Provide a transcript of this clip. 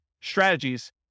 strategies